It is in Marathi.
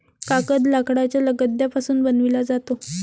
कागद लाकडाच्या लगद्यापासून बनविला जातो